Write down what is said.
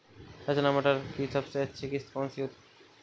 रचना मटर की सबसे अच्छी किश्त कौन सी है?